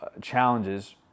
challenges